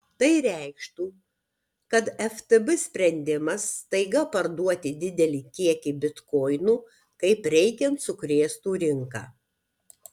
tai reikštų kad ftb sprendimas staiga parduoti didelį kiekį bitkoinų kaip reikiant sukrėstų rinką